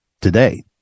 today